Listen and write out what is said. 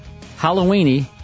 Halloweeny